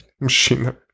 Machine